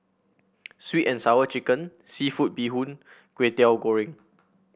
sweet and Sour Chicken seafood Bee Hoon Kway Teow Goreng